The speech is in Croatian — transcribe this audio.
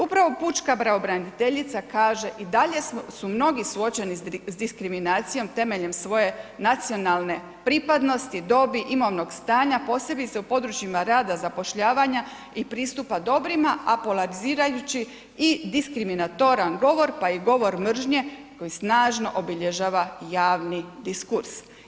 Upravo pučka pravobraniteljica kaže i dalje su mnogi suočeni s diskriminacijom temeljem svoje nacionalne pripadnosti, dobi, imovinog stanja posebice u područjima rada, zapošljavanja i pristupa dobrima, a polarizirajući i diskriminatoran govor, pa i govor mržnje koji snažno obilježava javni diskurs.